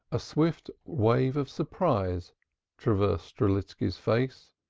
a swift wave of surprise traversed strelitski's face,